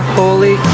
holy